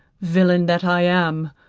villain that i am,